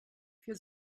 für